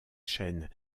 chaînes